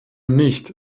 nicht